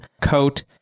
coat